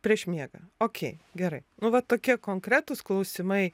prieš miegą okey gerai nu va tokie konkretūs klausimai